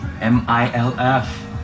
m-i-l-f